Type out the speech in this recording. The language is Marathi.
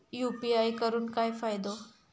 यू.पी.आय करून काय फायदो?